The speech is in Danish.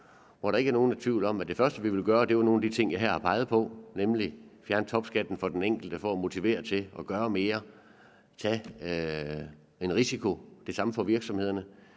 hvor der ikke er nogen tvivl om, at det første, vi vil gøre, er nogle af de ting, som jeg her har peget på, nemlig fjerne topskatten for den enkelte for at motivere til at gøre mere og turde tage en risiko. Det er det samme for virksomhederne,